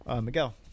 Miguel